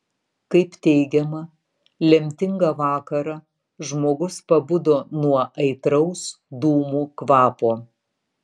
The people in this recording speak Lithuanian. kaip teigiama lemtingą vakarą žmogus pabudo nuo aitraus dūmų kvapo